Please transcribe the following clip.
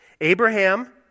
Abraham